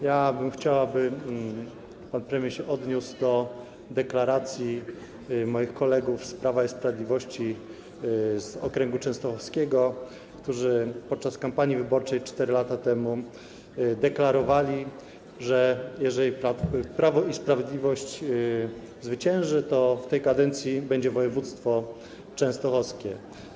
Ja bym chciał, aby pan premier się odniósł do deklaracji moich kolegów z Prawa i Sprawiedliwości z okręgu częstochowskiego, którzy podczas kampanii wyborczej 4 lata temu deklarowali, że jeżeli Prawo i Sprawiedliwość zwycięży, to w tej kadencji będzie województwo częstochowskie.